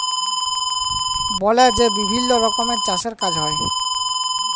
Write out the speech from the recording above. বলে যে বিভিল্ল্য রকমের চাষের কাজ হ্যয়